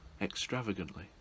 extravagantly